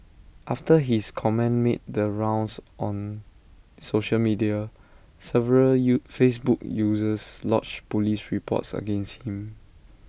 after his comment made the rounds on social media several U Facebook users lodged Police reports against him